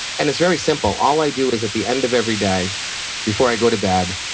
and it's very simple. all i do is, at the end of every day before i go to bed,